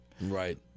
Right